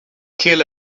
kill